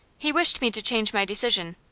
he wished me to change my decision.